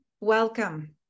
welcome